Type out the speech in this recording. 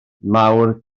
mawr